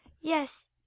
yes